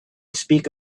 speak